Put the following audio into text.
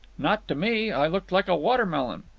not to me. i looked like a water-melon.